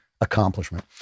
accomplishment